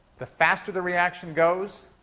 the faster the reaction goes,